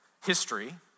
history